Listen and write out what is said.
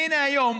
והינה, היום,